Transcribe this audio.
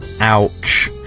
Ouch